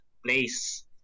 place